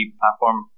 platform